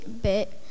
bit